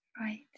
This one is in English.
Right